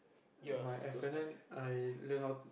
my F-and-N I learn how